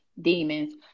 demons